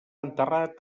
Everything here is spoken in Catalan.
enterrat